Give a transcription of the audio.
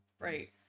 right